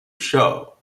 show